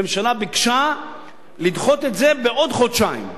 הממשלה ביקשה לדחות את זה בעוד חודשיים.